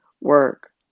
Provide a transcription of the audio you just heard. work